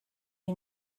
you